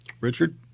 Richard